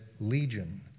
Legion